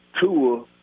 Tua